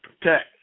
protect